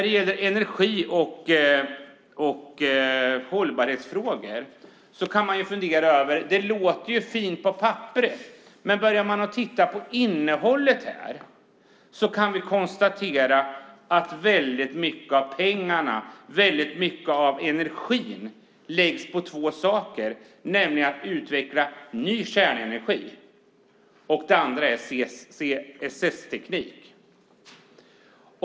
Detta med energi och hållbarhetsfrågor kan man fundera över. Det ser fint ut på papperet. Men börjar vi titta på innehållet kan vi konstatera att väldigt mycket pengar och energi läggs på två saker: på att utveckla ny kärnenergi och på CSS-teknik.